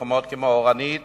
במקומות כמו אורנית